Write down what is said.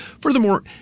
Furthermore